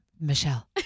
Michelle